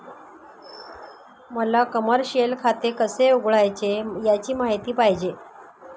मला कमर्शिअल खाते कसे उघडायचे याची माहिती पाहिजे